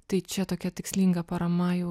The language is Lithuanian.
tai čia tokia tikslinga parama jau